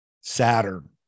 Saturn